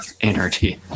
energy